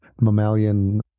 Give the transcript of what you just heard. mammalian